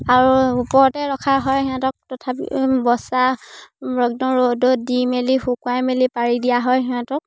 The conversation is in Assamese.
আৰু ওপৰতে ৰখা হয় সিহঁতক তথাপি বস্তা একদম ৰ'দত দি মেলি শুকুৱাই মেলি পাৰি দিয়া হয় সিহঁতক